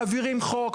מעבירים חוק,